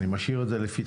אני משאיר את זה לפתחכם.